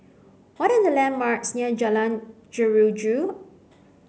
what are the landmarks near Jalan Jeruju